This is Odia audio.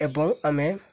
ଏବଂ ଆମେ